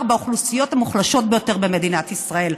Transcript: באוכלוסיות המוחלשות ביותר במדינת ישראל.